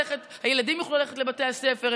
והילדים יוכלו ללכת לבתי הספר.